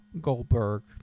Goldberg